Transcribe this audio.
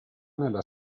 nella